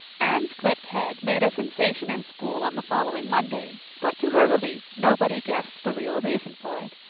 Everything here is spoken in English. anne's clipped head made a sensation in school on the following monday, but to her relief nobody guessed the real reason for it,